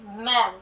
men